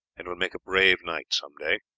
and will make a brave knight some day.